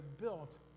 built